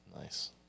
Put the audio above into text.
nice